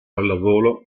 pallavolo